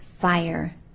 fire